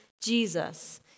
Jesus